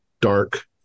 dark